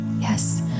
yes